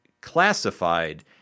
Classified